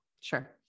Sure